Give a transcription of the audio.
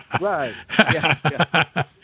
Right